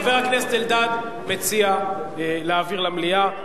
חבר הכנסת אלדד מציע להעביר למליאה.